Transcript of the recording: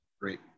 great